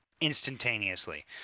instantaneously